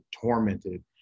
tormented